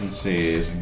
see